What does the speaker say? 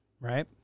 right